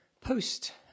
post